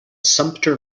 sumpter